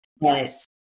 Yes